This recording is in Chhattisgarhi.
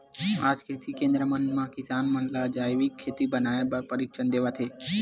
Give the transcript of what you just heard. आज कृषि केंद्र मन म किसान मन ल जइविक खातू बनाए बर परसिक्छन देवत हे